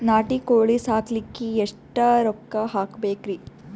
ನಾಟಿ ಕೋಳೀ ಸಾಕಲಿಕ್ಕಿ ಎಷ್ಟ ರೊಕ್ಕ ಹಾಕಬೇಕ್ರಿ?